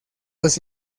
los